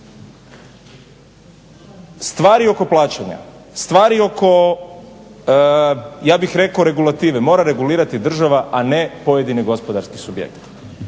Stvari oko plaćanja, stvari oko ja bih rekao regulative mora regulirati država a ne pojedini gospodarski subjekt.